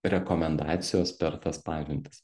rekomendacijos per tas pažintis